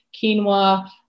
quinoa